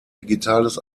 digitales